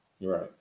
Right